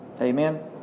Amen